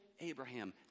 Abraham